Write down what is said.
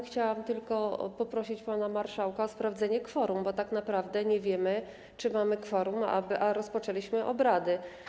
Chciałam tylko poprosić pana marszałka o sprawdzenie kworum, bo tak naprawdę nie wiemy, czy mamy kworum, a rozpoczęliśmy obrady.